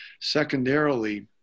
Secondarily